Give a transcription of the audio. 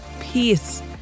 peace